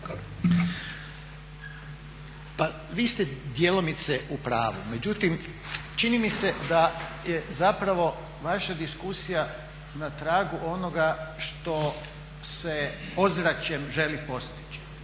Pa vi ste djelomice upravu, međutim čini mi se da je vaša diskusija na tragu onoga što se ozračjem želi postići,